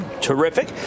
terrific